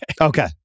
Okay